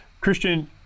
Christian